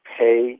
pay